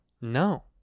No